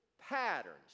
patterns